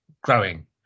growing